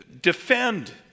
defend